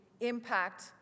impact